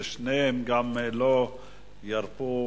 ושניהם לא ירפו,